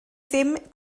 ddim